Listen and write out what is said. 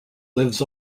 lives